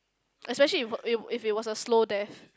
especially if if if it was a slow death